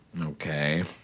Okay